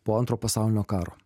po antro pasaulinio karo